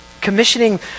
commissioning